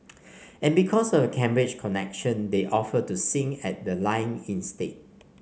and because of the Cambridge connection they offered to sing at the lying in state